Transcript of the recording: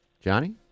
Johnny